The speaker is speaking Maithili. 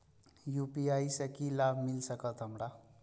यू.पी.आई से की लाभ मिल सकत हमरा?